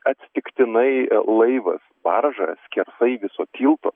atsitiktinai laivas barža skersai viso tilto